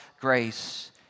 grace